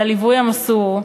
על הליווי המסור,